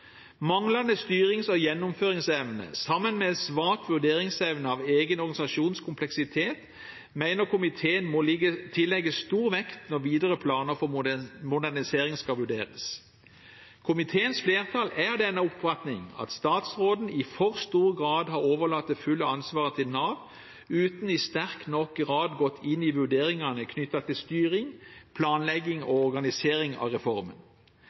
manglende styrings- og gjennomføringsevne sammen med svak vurderingsevne av egen organisasjons kompleksitet må tillegges stor vekt når videre planer for modernisering skal vurderes. Komiteens flertall er av den oppfatning at statsråden i for stor grad har overlatt det fulle ansvaret til Nav, uten i sterk nok grad å ha gått inn i vurderingene knyttet til styring, planlegging og organisering av reformen.